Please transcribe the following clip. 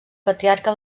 patriarca